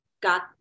Got